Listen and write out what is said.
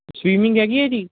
swimming ਹੈਗੀ ਹੈ ਜੀ